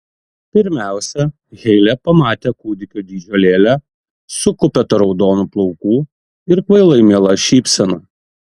pirmiausia heile pamatė kūdikio dydžio lėlę su kupeta raudonų plaukų ir kvailai miela šypsena